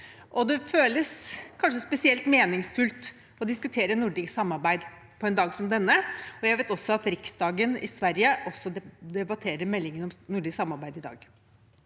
det føles kanskje spesielt meningsfylt å diskutere nordisk samarbeid på en dag som denne. Jeg vet at også Riksdagen i Sverige debatterer meldingen om nordisk samarbeid i dag.